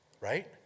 Right